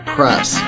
Press